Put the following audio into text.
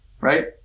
Right